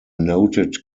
noted